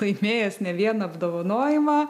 laimėjęs ne vieną apdovanojimą